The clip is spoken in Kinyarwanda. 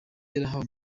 yarahawe